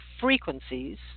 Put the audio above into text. frequencies